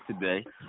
today